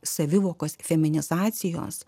savivokos feminizacijos